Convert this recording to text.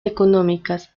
económicas